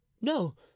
no